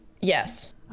Yes